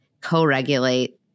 co-regulate